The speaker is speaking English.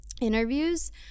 interviews